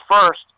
first